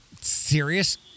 serious